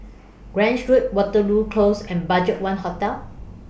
Grange Road Waterloo Close and BudgetOne Hotel